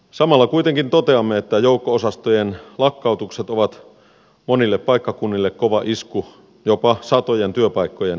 samalla kuitenkin toteamme että joukko osastojen lakkautukset ovat monille paikkakunnille kova isku jopa satojen työpaikkojen hävitessä